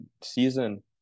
season